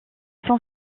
son